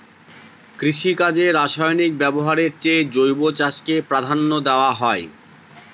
কৃষিকাজে রাসায়নিক ব্যবহারের চেয়ে জৈব চাষকে প্রাধান্য দেওয়া হয়